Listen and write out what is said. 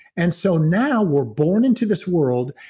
and so now we're born into this world.